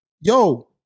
yo